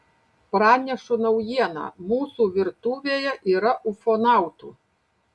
pranešu naujieną mūsų virtuvėje yra ufonautų